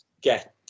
get